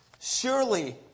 Surely